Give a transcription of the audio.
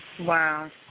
Wow